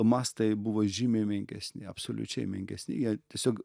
mastai buvo žymiai menkesni absoliučiai menkesni jie tiesiog